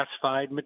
classified